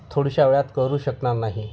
थोड्याशा वेळात करू शकणार नाही